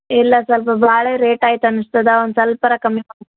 ಇಲ್ಲ ಸಲ್ಪ ಭಾಳ ರೇಟ್ ಐತಿ ಅನ್ಸ್ತದ ಒನ್ ಸ್ವಲ್ಪಾರ ಕಮ್ಮಿ ಮಾಡಿ